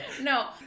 No